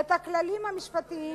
את הכלים המשפטיים